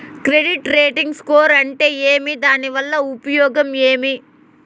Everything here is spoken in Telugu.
క్రెడిట్ రేటింగ్ స్కోరు అంటే ఏమి దాని వల్ల ఉపయోగం ఏమి?